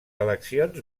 eleccions